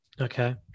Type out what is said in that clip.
Okay